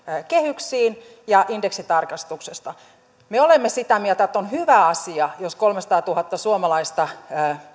kehyksiin ja indeksitarkastuksesta me olemme sitä mieltä että on hyvä asia jos kolmesataatuhatta suomalaista